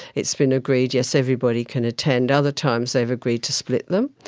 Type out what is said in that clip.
it's been agreed, yes, everybody can attend. other times they've agreed to split them.